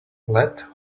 let